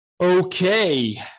Okay